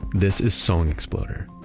this is song exploder